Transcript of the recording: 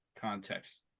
context